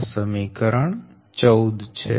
આ સમીકરણ 14 છે